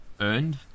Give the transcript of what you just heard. earned